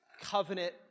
covenant